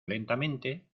lentamente